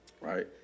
Right